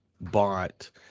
bought